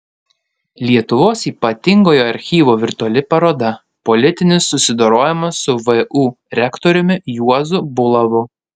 lietuvos ypatingojo archyvo virtuali paroda politinis susidorojimas su vu rektoriumi juozu bulavu